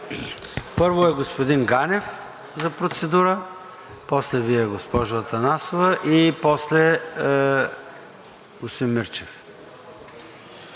Първо е господин Ганев за процедура, после Вие, госпожо Атанасова, и после господин Мирчев.